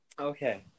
Okay